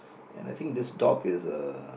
and I think this dog is uh